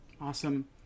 Awesome